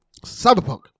Cyberpunk